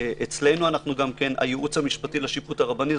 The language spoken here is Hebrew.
אצלנו גם הייעוץ המשפטי לשיפוט הרבני.